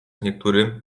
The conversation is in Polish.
niektórym